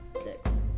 six